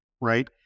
right